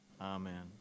Amen